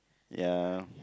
ya